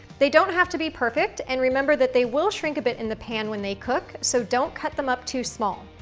they don't have to be perfect. and remember that they will shrink a bit in the pan when they cook, so don't cut them up too small.